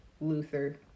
Luther